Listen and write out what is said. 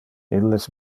illes